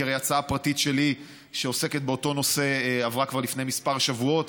כי הרי הצעה פרטית שלי שעוסקת באותו נושא עברה כבר לפני כמה שבועות,